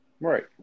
Right